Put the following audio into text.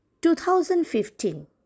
2015